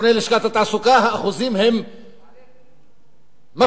האחוזים הם מפחידים ומבהילים.